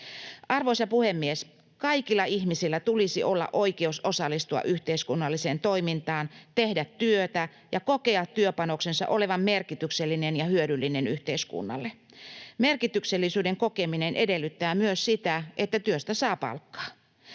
Arvoisa puhemies! Kaikilla ihmisillä tulisi olla oikeus osallistua yhteiskunnalliseen toimintaan, tehdä työtä ja kokea työpanoksensa olevan merkityksellinen ja hyödyllinen yhteiskunnalle. Merkityksellisyyden kokeminen edellyttää myös sitä, että työstä saa palkkaa.